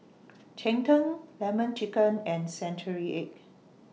Cheng Tng Lemon Chicken and Century Egg